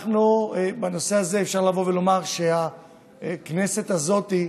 בנושא הזה אפשר לומר שהכנסת הזאת,